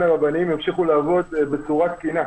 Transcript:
הרבניים ימשיכו לעבוד בצורה תקינה.